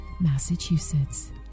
Massachusetts